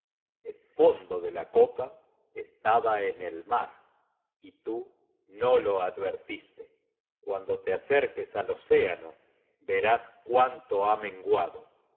el fondo de la copa estaba en el mar y tú no lo advertiste cuando te acerques al océano verás cuánto ha menguado